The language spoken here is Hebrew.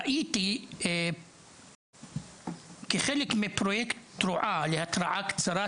ראיתי כחלק מפרויקט "תרועה" להתרעה קצרת